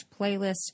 playlist